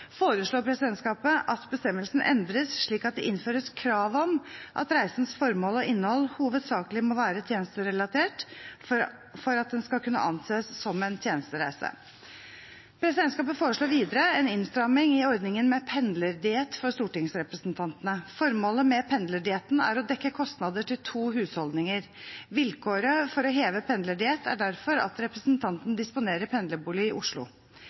foreslår presidentskapet at bestemmelsen endres slik at det innføres krav om at reisens formål og innhold hovedsakelig må være tjenesterelatert for at den skal kunne anses som en tjenestereise. Presidentskapet foreslår videre en innstramming i ordningen med pendlerdiett for stortingsrepresentantene. Formålet med pendlerdietten er å dekke kostnader til to husholdninger. Vilkåret for å heve pendlerdiett er derfor at representanten disponerer pendlerbolig i Oslo.